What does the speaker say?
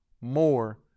more